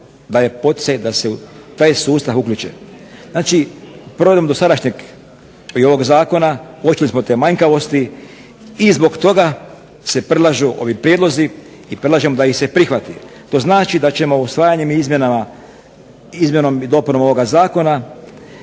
daje poticaj da se u taj sustav uključe. Znači, provedbom dosadašnjeg Zakona uočili smo te manjkavosti i zbog toga se predlažu ovi prijedlozi i predlažem da ih se prihvati. To znači da ćemo usvajanjem i izmjenom i dopunom ovoga zakona